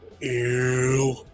Ew